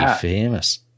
famous